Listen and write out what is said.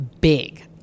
big